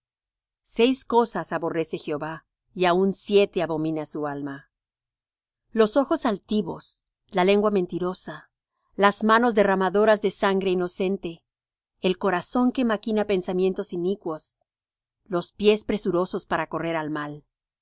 seis cosas aborrece jehová y aun siete abomina su alma los ojos altivos la lengua mentirosa las manos derramadoras de sangre inocente el corazón que maquina pensamientos inicuos los pies presurosos para correr al mal